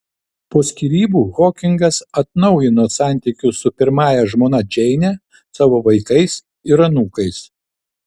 po skyrybų hokingas atnaujino santykius su pirmąja žmona džeine savo vaikais ir anūkais